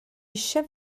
chef